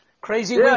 Crazy